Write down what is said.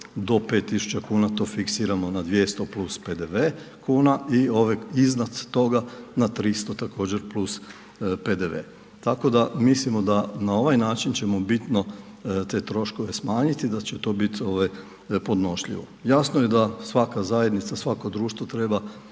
do 5.000 kuna to fiksiramo na 200 plus PDV kuna i ove iznad toga na 300 također plus PDV. Tako da mislimo da na ovaj način ćemo bitno te troškove smanjiti da će to biti ovaj podnošljivo. Jasno je da svaka zajednica, svako društvo treba